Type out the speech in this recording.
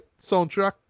soundtrack